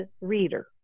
reader